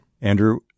Andrew